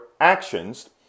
actions